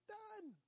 done